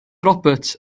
roberts